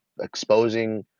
exposing